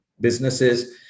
businesses